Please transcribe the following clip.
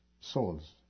souls